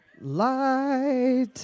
Light